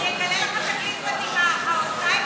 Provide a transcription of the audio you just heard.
אני אגלה לך תגלית מדהימה: האוזניים